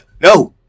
No